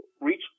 reach